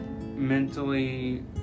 mentally